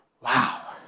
Wow